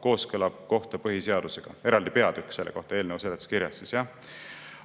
kooskõla kohta põhiseadusega. [Et oleks eraldi peatükk selle kohta eelnõu seletuskirjas – V. V.]